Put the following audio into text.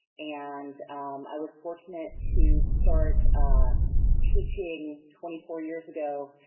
and i was fortunate to start teaching twenty four years ago